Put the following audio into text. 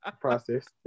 process